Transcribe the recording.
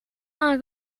aan